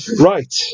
Right